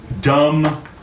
dumb